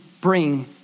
bring